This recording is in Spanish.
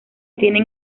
tienen